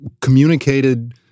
communicated